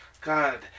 God